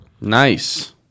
Nice